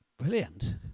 Brilliant